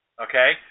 Okay